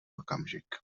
okamžik